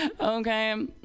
Okay